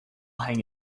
hang